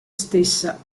stessa